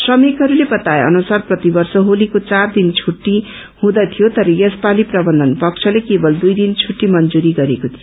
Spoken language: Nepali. श्रमिकहरूले बताए अनुसार प्रति वर्ष होलको चार दिन छुट्टी हुँदथ्यो तर यस पाली प्रवन्धन पक्षेत केवल दुइ दिन छुट्टी मंजूरी गरेको थियो